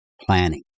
planning